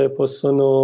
possono